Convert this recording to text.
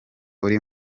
uri